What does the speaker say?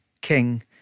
King